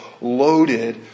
loaded